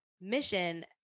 mission